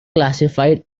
classified